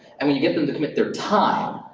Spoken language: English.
and when you get them to commit their time,